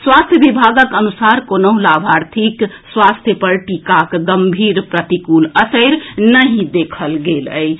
स्वास्थ्य विभागक अनुसार कोनहुं लाभार्थीक स्वास्थ्य पर टीका गम्भीर प्रतिकूल असरि नहि देखल गेल अछि